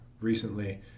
recently